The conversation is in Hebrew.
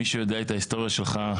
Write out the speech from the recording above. מי שיודע את ההיסטוריה שלך,